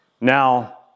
Now